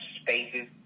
spaces